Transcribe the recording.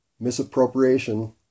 misappropriation